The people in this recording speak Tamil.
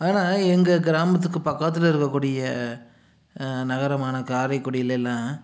ஆனால் எங்கள் கிராமத்துக்கு பக்கத்தில் இருக்கக்கூடிய நகரமான காரைக்குடிலெல்லாம்